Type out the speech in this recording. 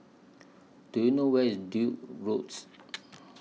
Do YOU know Where IS Duke's Roads